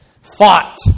fought